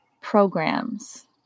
programs